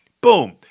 Boom